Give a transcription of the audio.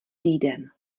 týden